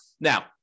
Now